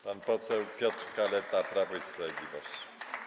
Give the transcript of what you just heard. Pan poseł Piotr Kaleta, Prawo i Sprawiedliwość.